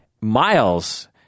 miles